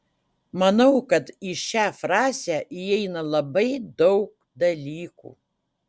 manau kad į šią frazę įeina labai daug dalykų